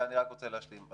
אני רוצה להשלים.